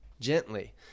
gently